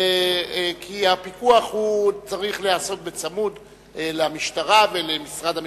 כי הפיקוח צריך להיעשות בצמוד למשטרה ולמשרד המשפטים,